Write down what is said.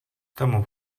tomu